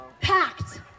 Packed